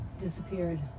disappeared